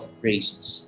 priests